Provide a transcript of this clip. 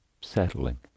settling